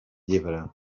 llibre